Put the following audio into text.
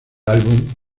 álbum